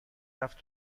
رفت